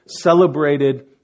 celebrated